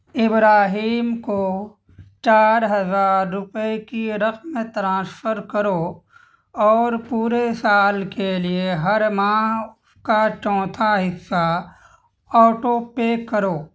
ابراہیم کو چار ہزار روپئے کی رقم ترانسفر کرو اور پورے سال کے لیے ہر ماہ اس کا چوتھا حصہ آٹو پے کرو